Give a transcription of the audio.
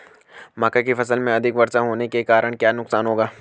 मक्का की फसल में अधिक वर्षा होने के कारण क्या नुकसान होगा?